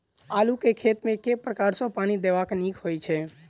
आलु केँ खेत मे केँ प्रकार सँ पानि देबाक नीक होइ छै?